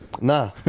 Nah